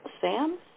sam